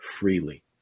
freely